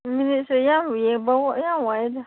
ꯃꯤꯅꯤꯠꯁꯨ ꯌꯥꯝ ꯌꯦꯡꯕ ꯌꯥꯝ ꯋꯥꯏꯌꯦꯗ